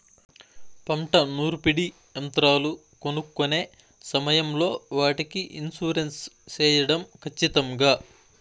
పంట నూర్పిడి యంత్రాలు కొనుక్కొనే సమయం లో వాటికి ఇన్సూరెన్సు సేయడం ఖచ్చితంగా?